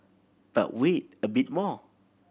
but wait a bit more